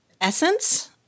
essence